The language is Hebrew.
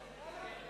בבקשה.